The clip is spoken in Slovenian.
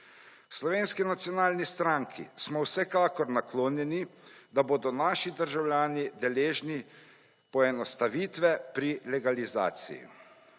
Slovenski nacionalni stranki smo vsekakor naklonjeni, da bodo naši državljani deležni poenostavitve pri legalizaciji.